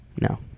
No